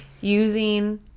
using